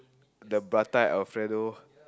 the prata Alfredo